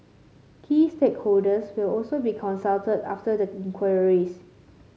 key stakeholders will also be consulted after the inquiries